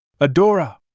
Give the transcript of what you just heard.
Adora